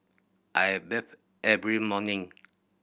I bathe every morning